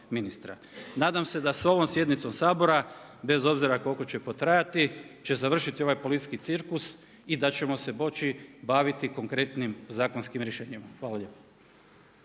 Nadam se da ovom sjednicom Sabora bez obzira koliko će potrajati će završiti ovaj politički cirkus i da ćemo se moći baviti konkretnim zakonskim rješenjima. Hvala lijepa.